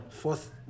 Fourth